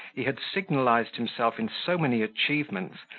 he had signallized himself in so many achievements,